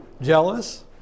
Jealous